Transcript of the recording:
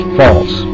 false